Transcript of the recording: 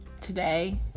today